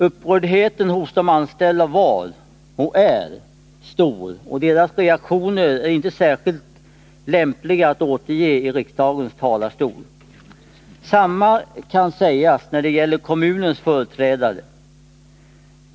Upprördheten hos de anställda var och är stor, och deras reaktioner är inte särskilt lämpliga att återge i riksdagens talarstol. 53 Detsamma kan sägas när det gäller kommunens företrädare.